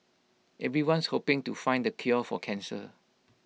everyone's hoping to find the cure for cancer